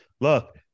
look